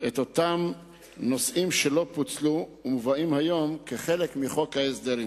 את הנושאים שלא הופרדו ומובאים היום כחלק מחוק ההסדרים.